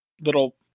little